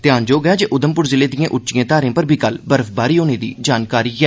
ध्यानजोग ऐ जे उघमपुर जिले दिएं उच्चिएं थाहरें पर बी कल बर्फबारी होने दी जानकारी ऐ